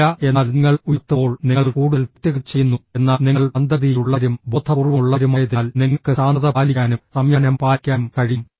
ഇല്ല എന്നാൽ നിങ്ങൾ ഉയർത്തുമ്പോൾ നിങ്ങൾ കൂടുതൽ തെറ്റുകൾ ചെയ്യുന്നു എന്നാൽ നിങ്ങൾ മന്ദഗതിയിലുള്ളവരും ബോധപൂർവ്വമുള്ളവരുമായതിനാൽ നിങ്ങൾക്ക് ശാന്തത പാലിക്കാനും സംയമനം പാലിക്കാനും കഴിയും